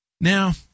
Now